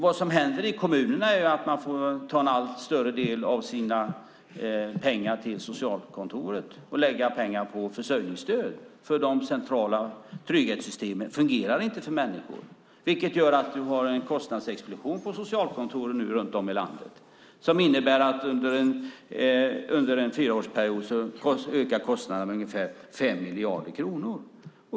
Det som händer i kommunerna är att man får ta en allt större del av sina pengar till socialkontoret och lägga pengar på försörjningsstöd därför att de centrala trygghetssystemen inte fungerar för människor, vilket gör att du har en kostnadsexplosion på socialkontoren runt om i landet som innebär att kostnaderna under en fyraårsperiod ökar med ungefär 5 miljarder kronor.